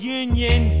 union